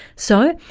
so,